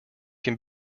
can